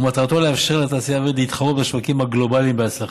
ומטרתו לאפשר לתעשייה האווירית להתחרות בשווקים הגלובליים בהצלחה.